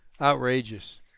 outrageous